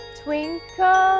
twinkle